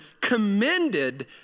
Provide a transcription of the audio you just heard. commended